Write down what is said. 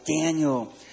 Daniel